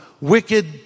wicked